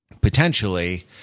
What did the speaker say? potentially